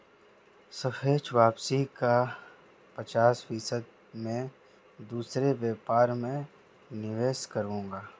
सापेक्ष वापसी का पचास फीसद मैं दूसरे व्यापार में निवेश करूंगा